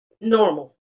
normal